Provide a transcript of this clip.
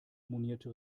monierte